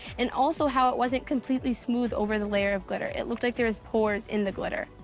and also how it wasn't completely smooth over the layered glitter. it looked like there was pores in the glitter.